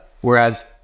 Whereas